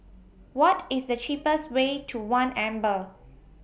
What IS The cheapest Way to one Amber